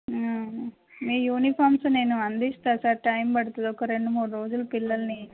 మీ uniforms నేను అందిస్తా sir time పడుతుంది ఒక రెండు మూడు రోజులు పిల్లల్ని